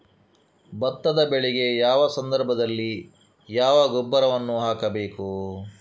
ಭತ್ತದ ಬೆಳೆಗೆ ಯಾವ ಸಂದರ್ಭದಲ್ಲಿ ಯಾವ ಗೊಬ್ಬರವನ್ನು ಹಾಕಬೇಕು?